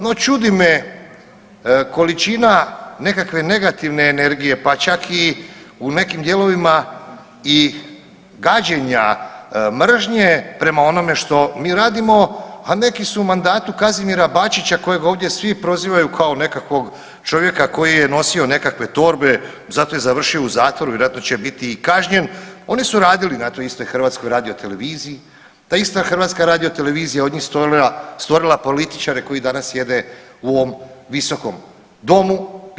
No, čudi me količina nekakve negativne energije pa čak i u nekim dijelovima i gađenja, mržnje prema onome što mi radimo, a neki su u mandatu Kazimira Bačića kojeg ovdje svi prozivaju kao nekakvog čovjeka koji je nosio nekakve torbe, za to je završio u zatvoru, vjerojatno će biti i kažnjen, oni su radili na toj istoj HRT-u, ta ista HRT od njih stvorila, stvorila političare koji danas sjede u ovom visokom domu.